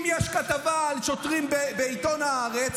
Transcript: אם יש כתבה על שוטרים בעיתון הארץ,